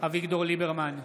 אביגדור ליברמן,